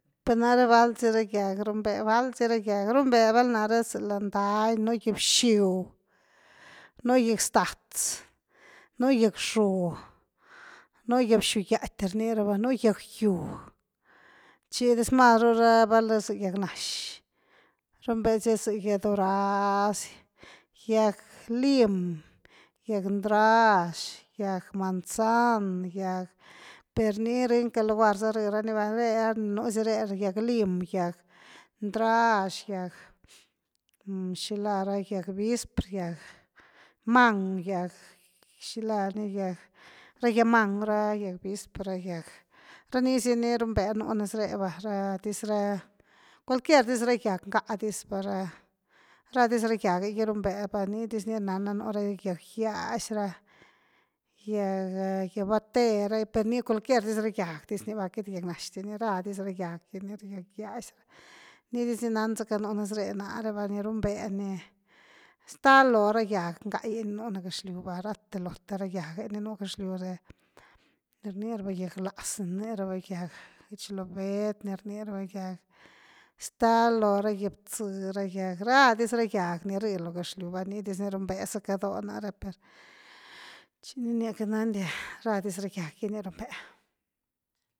Per nare valzhi ra yaj rumbea-valzhi ra yaj rumbea valnare zi lan daany nu yaj bshu’ nu yaj zdatz, nu yaj xuu, nu yaj bsuu yati rnirabani, nu yaj yuu, chi desmarura valsy yaj nashi, rumbeasya’ zhy yaj durazn, yaj limn, yaj ndrashi, yaj manzan, yaj per ni rynca lugar rirani va rea ni nu si rea yaj lim, yaj ndrashi, shila ra yaj vispr, yaj mangu, shilani ra yaj mangu ra yaj vispr ranisi ni rumbea nu nes reva radiz racualquier diz ra yaj ngaa dizva ra radiz ra yajegi rumbea va ni dis ni nana nu re yaj gyazi ra, yaj yavate re per ni cualquier diz ra yaj diz ni va cat yaj nashi di ni radiz ra yaj nera yaj gyaxi ni diz ni nanzaca nu nes ree nare va, ni rumbea ni stal lo ra yaj ngai’ nu lo gazhliu ralote ra yaje ni nu gashliure ni rnirava yaj laz ni rniraba yaj gchi loved ni rnidaba yaj stal lo ra yaj btz ra yaj radis ra yaj ni ri lo gazhliu va ni diz ni rumbea saka do nare per chini nia catnandia radis ra yajgy ni rumbea.